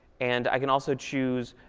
and i can also choose